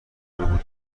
بود